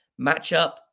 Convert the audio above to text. matchup